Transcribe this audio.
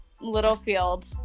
Littlefield